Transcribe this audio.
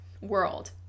world